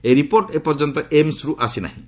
ଏହି ରିପୋର୍ଟ ଏପର୍ଯ୍ୟନ୍ତ ଏମ୍ସ୍ରୁ ଆସିନାହିଁ